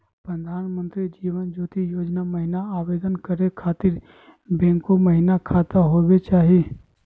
प्रधानमंत्री जीवन ज्योति योजना महिना आवेदन करै खातिर बैंको महिना खाता होवे चाही?